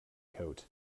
coat